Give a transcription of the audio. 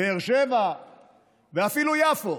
באר שבע ואפילו יפו.